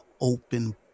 open